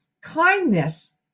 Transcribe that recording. kindness